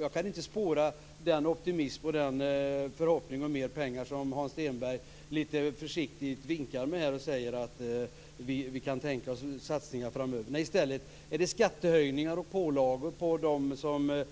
Jag kan inte spåra den optimism och den förhoppning om mer pengar som Hans Stenberg lite försiktigt antyder när han säger att man kan tänka sig satsningar framöver. Nej, i stället vill man ha skattehöjningar och pålagor på dem som